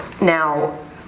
Now